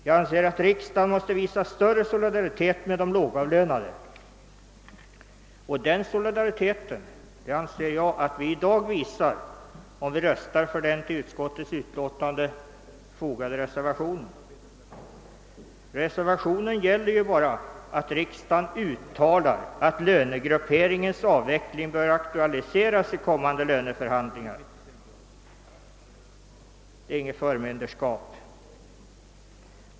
Jag anser att riksdagen bör visa större solidaritet med de lågavlönade, och den solidariteten visar vi i dag enligt min mening, om vi röstar för den till utskottets utlåtande fogade reservationen. Reservationen innebär ju bara att riksdagen uttalar att lönegrupperingens avveck ling bör aktualiseras i samband med kommande löneförhandlingar — det är väl inte något förmynderskap.